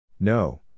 No